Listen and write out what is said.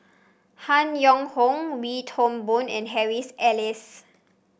Han Yong Hong Wee Toon Boon and Harry Elias